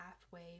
halfway